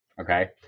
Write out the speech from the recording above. Okay